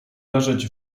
leżeć